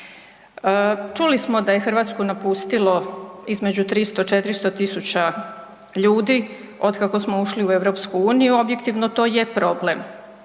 Čuli smo da je Hrvatsku napustilo između 300, 400 000 ljudi otkako smo ušli u EU, objektivno to je problem.